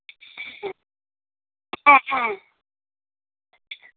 হ্যাঁ